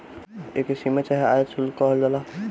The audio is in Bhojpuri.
एके सीमा चाहे आयात शुल्क कहल जाला